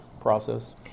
process